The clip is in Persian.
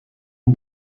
اون